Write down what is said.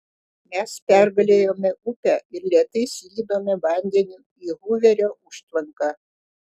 mes pergalėjome upę ir lėtai slydome vandeniu į huverio užtvanką